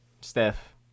Steph